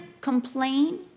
complain